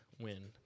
win